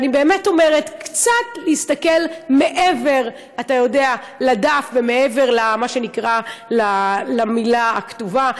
אני באמת אומרת: קצת להסתכל מעבר לדף ומעבר למה שנקרא המילה הכתובה,